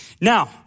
Now